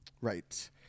Right